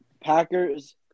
Packers